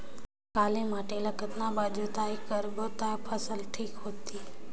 काली माटी ला कतना बार जुताई करबो ता फसल ठीक होती?